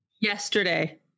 yesterday